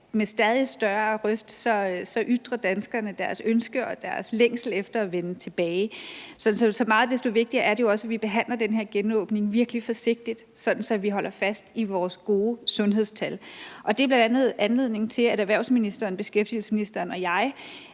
med stadig større røst deres ønske om og deres længsel efter at vende tilbage. Så så meget desto vigtigere er det jo også, at vi behandler den her genåbning virkelig forsigtigt, så vi holder fast i vores gode sundhedstal. Det er bl.a. anledningen til, at erhvervsministeren, beskæftigelsesministeren og jeg